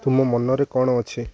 ତୁମ ମନରେ କ'ଣ ଅଛି